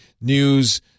news